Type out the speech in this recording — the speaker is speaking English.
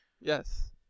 Yes